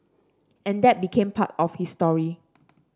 and that became part of his story